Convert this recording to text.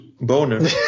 boner